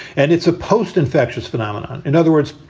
and it's a post infectious phenomenon. in other words,